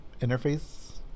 interface